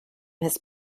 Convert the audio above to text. his